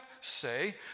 say